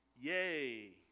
yay